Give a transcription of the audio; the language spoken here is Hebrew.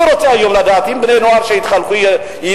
אני רוצה היום לדעת אם בני נוער שהתחנכו ידעו,